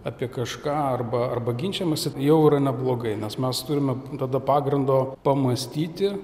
apie kažką arba arba ginčijamasi jau yra neblogai nes mes turime tada pagrindo pamąstyti